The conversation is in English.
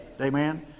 Amen